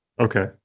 Okay